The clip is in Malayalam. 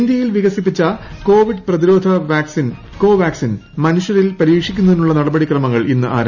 ഇന്ത്യയിൽ വികസിപ്പിച്ച കോവിഡ് പ്രതിരോധ വാക്സിനായ കോവാക്സിൻ മനുഷ്യരിൽ പരീക്ഷിക്കുന്നതിനുള്ള നടപടി ക്രമങ്ങൾ ഇന്ന് ആരംഭിച്ചു